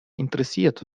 interessiert